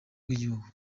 bw’igihugu